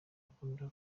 akunda